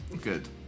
Good